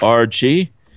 Archie